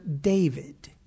David